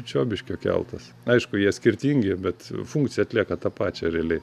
čiobiškio keltas aišku jie skirtingi bet funkciją atlieka tą pačią realiai